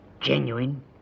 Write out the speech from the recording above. genuine